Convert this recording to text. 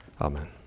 Amen